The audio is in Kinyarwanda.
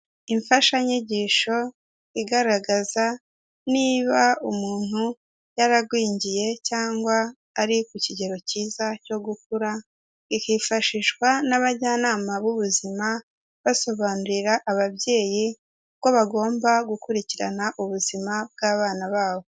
Imfashanyigisho igaragaza niba umuntu yaragwingiye cyangwa ari ku kigero cyiza cyo gukura, ikifashishwa n'abajyanama b'ubuzima basobanurira ababyeyi uko bagomba gukurikirana ubuzima bw'abana babo.